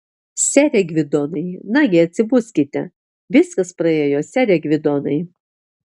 sere gvidonai nagi atsibuskite viskas praėjo sere gvidonai